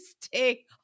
stay